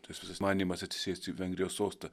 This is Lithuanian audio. tas visas manymas atsisėsti į vengrijos sostą